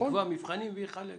הוא יחלק, הוא יקבע תבחינים ויחלק.